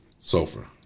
sulfur